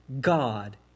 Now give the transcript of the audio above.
God